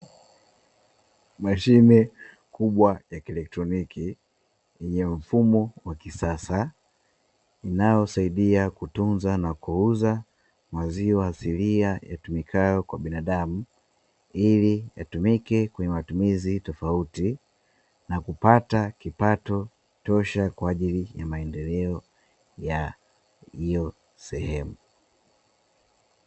Mashine kubwa ya kielektroniki yenye mfumo wa kisasa, inayosaidia kutunza na kuuza maziwa asilia yatumikayo kwa binadamu. Ili yatumike kwenye matumizi tofauti na kupata kipato tosha, kwa ajili ya maendeleo ya hiyo sehemu.